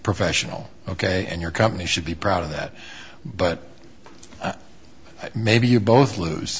professional ok and your company should be proud of that but maybe you both lose